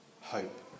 hope